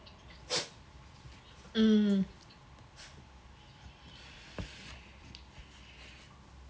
mm